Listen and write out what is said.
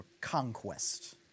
conquest